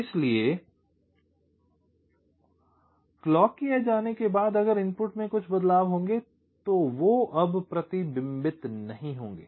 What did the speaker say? इसलिए क्लॉक की एज आने के बाद अगर इनपुट में कुछ बदलाव होंगे तो वो अब प्रतिबिंबित नहीं होंगे